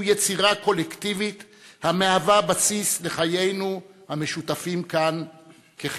הוא יצירה קולקטיבית המהווה בסיס לחיינו המשותפים כאן כחברה.